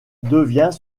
devient